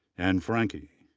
anne franke,